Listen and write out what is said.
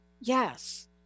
yes